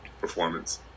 performance